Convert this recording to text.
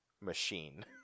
machine